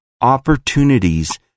opportunities